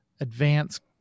advanced